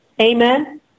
Amen